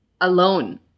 alone